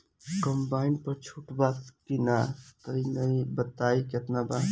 Combine पर छूट बा की नाहीं यदि बा त केतना?